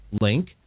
link